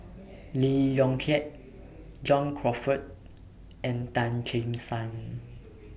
Lee Yong Kiat John Crawfurd and Tan Che Sang